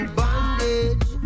bondage